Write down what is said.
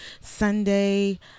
Sunday